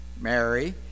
Mary